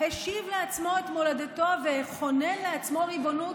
השיב לעצמו את מולדתו וכונן לעצמו ריבונות,